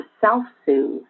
self-soothe